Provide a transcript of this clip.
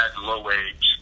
low-wage